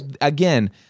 again